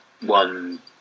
one